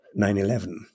9-11